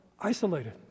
isolated